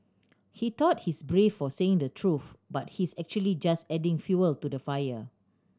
he thought he's brave for saying the truth but he's actually just adding fuel to the fire